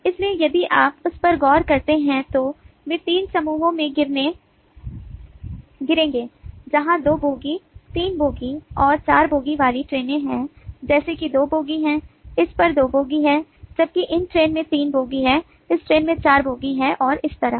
इसलिए यदि आप उस पर गौर करते हैं तो वे तीन समूहों में गिरेंगे जहां दो बोगी तीन बोगी और चार बोगी वाली ट्रेनें हैं जैसे कि दो बोगी हैं इस पर दो बोगी हैं जबकि इस ट्रेन में तीन बोगी हैं इस ट्रेन में चार बोगी हैं और इस तरह